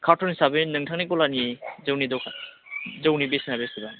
carton हिसाबै नोंथांनि गलानि जौनि दखान जौनि बेसेना बेसेबां